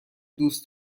دوست